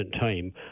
time